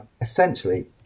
Essentially